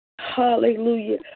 Hallelujah